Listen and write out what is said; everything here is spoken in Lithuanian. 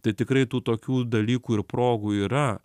tai tikrai tų tokių dalykų ir progų yra